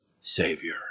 Savior